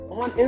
on